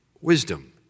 wisdom